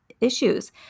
issues